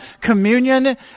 communion